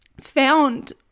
found